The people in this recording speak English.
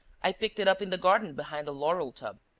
i picked it up in the garden, behind a laurel-tub.